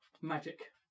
magic